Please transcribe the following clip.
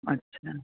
अछा